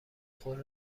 خود